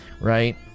right